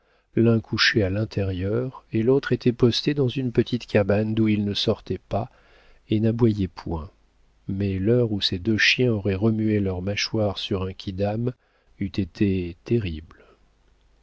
l'un couchait à l'intérieur et l'autre était posté dans une petite cabane d'où il ne sortait pas et n'aboyait point mais l'heure où ces deux chiens auraient remué leurs mâchoires sur un quidam eût été terrible